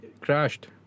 crashed